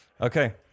Okay